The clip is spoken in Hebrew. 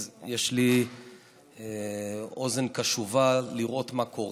אז יש לי אוזן קשובה לראות מה קורה.